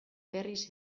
berriz